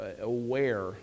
aware